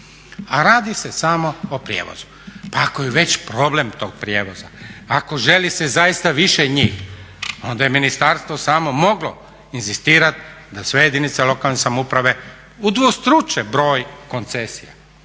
a radi se samo o prijevozu. Pa ako je već problem tog prijevoza, ako želi se zaista više njih onda je ministarstvo samo moglo inzistirati da sve jedinice lokalne samouprave udvostruče broj koncesija